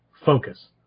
Focus